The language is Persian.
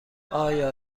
آیا